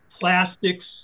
plastics